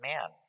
Man